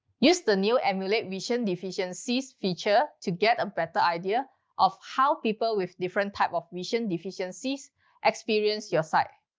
use the new emulate vision deficiencies feature to get a better idea of how people with different type of vision deficiencies experience your site.